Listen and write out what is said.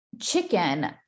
chicken